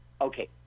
Okay